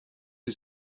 who